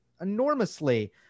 enormously